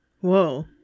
Whoa